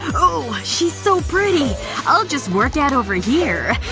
oh, she's so pretty i'll just work out over here,